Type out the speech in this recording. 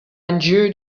endure